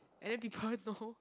and then people know